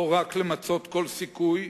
לא רק למצות כל סיכוי,